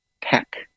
tech